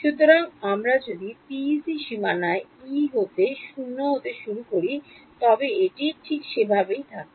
সুতরাং আমরা যদি পিইসির সীমানায় E হতে 0 হতে শুরু করি তবে এটি ঠিক সেভাবেই থাকে